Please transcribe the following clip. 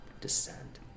descend